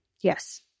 Yes